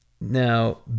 Now